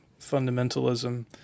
fundamentalism